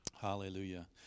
Hallelujah